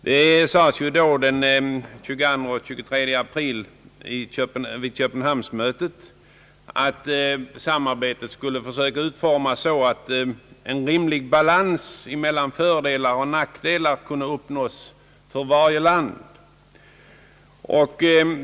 Det sades ju den 22—23 april vid Köpenhamnsmötet att man skulle försöka utforma samarbetet så att en rimlig balans mellan fördelar och nackdelar kunde uppnås, för varje land.